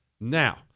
Now